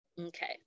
Okay